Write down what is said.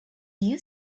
you